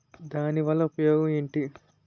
దాని వల్ల ఉపయోగం ఎంటి?